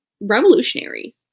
revolutionary